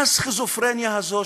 מה הסכיזופרניה הזאת,